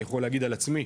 אני יכול להגיד על עצמי,